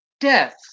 death